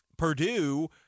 Purdue